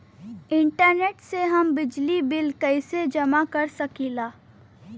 Internet से हम बिजली बिल कइसे जमा कर सकी ला?